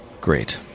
Great